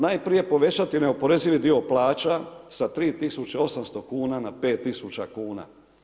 Najprije povećati neoporezivi dio plaća, sa 3800 kn na 5000 kn.